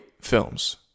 films